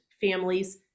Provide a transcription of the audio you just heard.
families